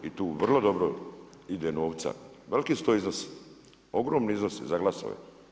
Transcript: I tu vrlo dobro ide novca, veliki su to iznosi, ogromni iznosi za glasove.